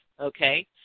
okay